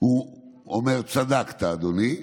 הוא אומר: צדקת, אדוני.